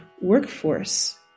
workforce